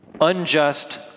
unjust